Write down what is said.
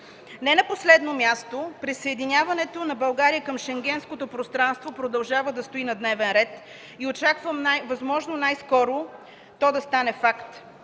Не на последно място присъединяването на България към Шенгенското пространство продължава да стои на дневен ред и очаквам възможно най-скоро то да стане факт.